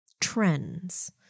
trends